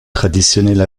traditionnelle